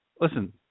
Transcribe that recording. Listen